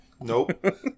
nope